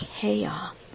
chaos